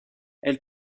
elle